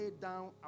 down